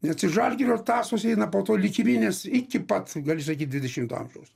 nes iš žalgirio tasos eina po to likiminės iki pat gali sakyt dvidešimto amžiaus